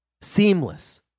seamless